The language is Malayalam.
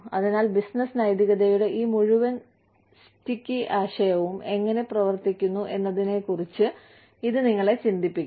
അതിനാൽ ബിസിനസ്സ് നൈതികതയുടെ ഈ മുഴുവൻ സ്റ്റിക്കി ആശയവും എങ്ങനെ പ്രവർത്തിക്കുന്നു എന്നതിനെക്കുറിച്ച് ഇത് നിങ്ങളെ ചിന്തിപ്പിക്കും